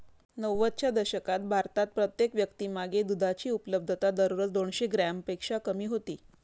नव्वदच्या दशकात भारतात प्रत्येक व्यक्तीमागे दुधाची उपलब्धता दररोज दोनशे ग्रॅमपेक्षा कमी होती